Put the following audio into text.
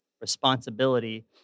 responsibility